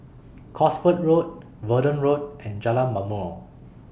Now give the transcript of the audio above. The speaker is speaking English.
Cosford Road Verdun Road and Jalan Ma'mor